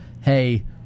hey